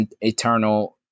eternal